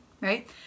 right